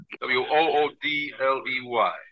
W-O-O-D-L-E-Y